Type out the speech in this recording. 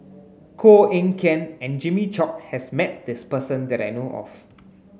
Koh Eng Kian and Jimmy Chok has met this person that I know of